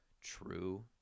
true